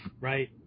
right